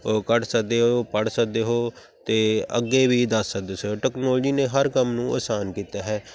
ਉਹ ਕੱਢ ਸਕਦੇ ਹੋ ਪੜ੍ਹ ਸਕਦੇ ਹੋ ਅਤੇ ਅੱਗੇ ਵੀ ਦੱਸ ਸਕਦੇ ਹੋ ਟੈਕਨੋਲਜੀ ਨੇ ਹਰ ਕੰਮ ਨੂੰ ਆਸਾਨ ਕੀਤਾ ਹੈ